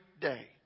day